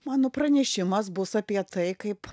mano pranešimas bus apie tai kaip